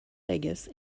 vegas